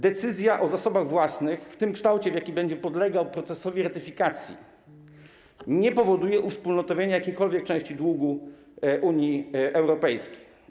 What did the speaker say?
Decyzja o zasobach własnych, w tym kształcie, jaki będzie podlegał procesowi ratyfikacji, nie powoduje uwspólnotowienia jakiejkolwiek części długu Unii Europejskiej.